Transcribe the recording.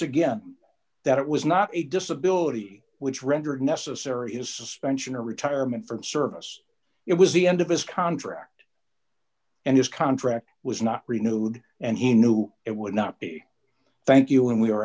again that it was not a disability which rendered necessary a suspension or retirement from service it was the end of his contract and his contract was not renewed and he knew it would not be thank you and we